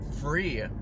free